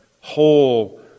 whole